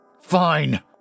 Fine